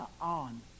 on